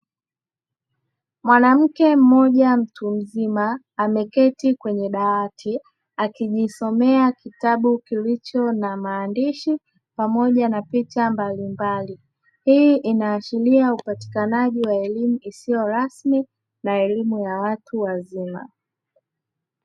Mwanamke mmoja mtu mzima ameketi kwenye dawati; akijisoma kitabu kilicho na maandishi pamoja na picha mbalimbali. Hii inaashiria upatikanaji wa elimu isiyo rasmi na elimu ya watu wazima.